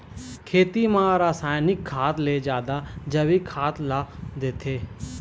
खेती म रसायनिक खाद ले जादा जैविक खाद ला देथे